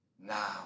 now